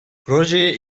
projeye